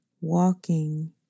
walking